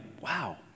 wow